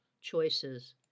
choices